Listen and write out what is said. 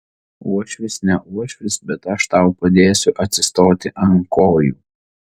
uošvis ne uošvis bet aš tau padėsiu atsistoti ant kojų